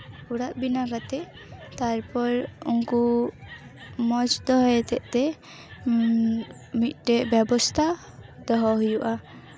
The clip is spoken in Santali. ᱚᱲᱟᱜ ᱵᱮᱱᱟᱣ ᱠᱟᱛᱮᱫ ᱛᱟᱨᱯᱚᱨ ᱩᱱᱠᱩ ᱢᱚᱡᱽ ᱫᱚᱦᱚ ᱦᱚᱛᱮᱫ ᱛᱮ ᱢᱤᱫᱴᱮᱱ ᱵᱮᱵᱚᱥᱛᱷᱟ ᱫᱚᱦᱚ ᱦᱩᱭᱩᱜᱼᱟ